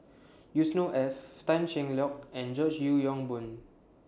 Yusnor Ef Tan Cheng Lock and George Yeo Yong Boon